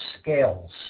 scales